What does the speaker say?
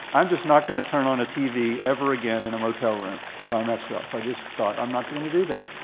i'm just not gonna turn on a tv ever again in a motel room by myself. i just thought, i'm not gonna do that.